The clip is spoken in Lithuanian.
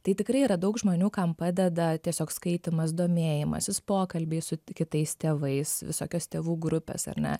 tai tikrai yra daug žmonių kam padeda tiesiog skaitymas domėjimasis pokalbiai su kitais tėvais visokios tėvų grupės ar ne